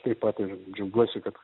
taip pat ir džiaugiuosi kad